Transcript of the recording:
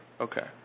okay